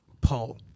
Paul